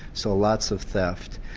so lots of theft.